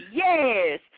yes